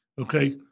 okay